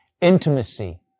Intimacy